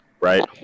right